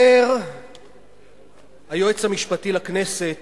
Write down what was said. אומר היועץ המשפטי לכנסת